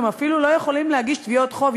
הם אפילו לא יכולים להגיש תביעות חוב,